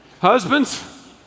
Husbands